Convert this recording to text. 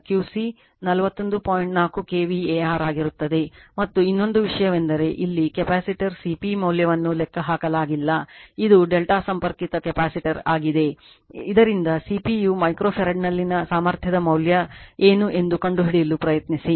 4kVAr ಆಗಿರುತ್ತದೆ ಮತ್ತು ಇನ್ನೊಂದು ವಿಷಯವೆಂದರೆ ಇಲ್ಲಿ ಕೆಪಾಸಿಟರ್ C P ಮೌಲ್ಯವನ್ನು ಲೆಕ್ಕಹಾಕಲಾಗಿಲ್ಲ ಇದು ಡೆಲ್ಟಾ ಸಂಪರ್ಕಿತ ಕೆಪಾಸಿಟರ್ ಆಗಿದೆ ಇದರಿಂದ CP ಯು ಮೈಕ್ರೊ ಫರಾಡ್ನಲ್ಲಿನ ಸಾಮರ್ಥ್ಯದ ಮೌಲ್ಯ ಏನು ಎಂದು ಕಂಡುಹಿಡಿಯಲು ಪ್ರಯತ್ನಿಸಿ